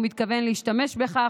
הוא מתכוון להשתמש בכך,